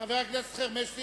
חבר הכנסת חרמש,